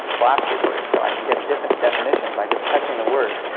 glossary words, so i can get a different definition by just touching the word,